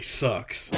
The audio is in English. sucks